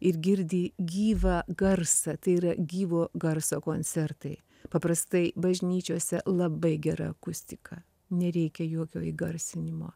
ir girdi gyvą garsą tai yra gyvo garso koncertai paprastai bažnyčiose labai gera akustika nereikia jokio įgarsinimo